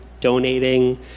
donating